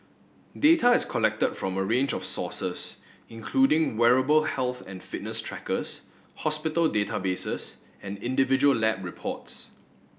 data is collected from a range of sources including wearable health and fitness trackers hospital databases and individual lab reports